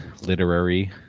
literary